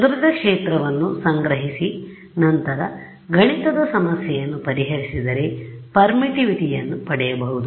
ಚದುರಿದ ಕ್ಷೇತ್ರವನ್ನು ಸಂಗ್ರಹಿಸಿ ನಂತರ ಗಣಿತದ ಸಮಸ್ಯೆಯನ್ನು ಪರಿಹರಿಸಿದರೆ ಪರ್ಮಿಟಿವಿಟಿಯನ್ನು ಪಡೆಯಬಹುದು